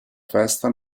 festa